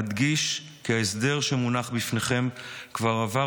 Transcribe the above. אדגיש כי ההסדר שמונח בפניכם כבר עבר